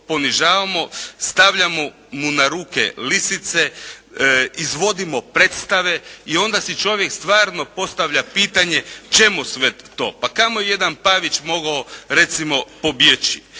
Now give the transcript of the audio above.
ponižavamo, stavljamo mu na ruke lisice. Izvodimo predstave. I onda si čovjek stvarno postavlja pitanje čemu sve to? Pa kamo je jedan Pavić mogao recimo pobjeći.